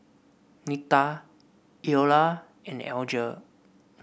Nita Iola and Alger